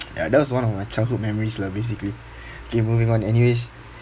ya that was one of my childhood memories lah basically okay moving on anyways